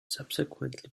subsequently